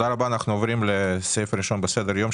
פנייה 24001 אנחנו עוברים לנושא הראשון על סדר-היום,